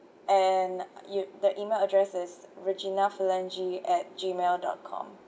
and you the email address is regina phalange at gmail dot com